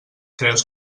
creus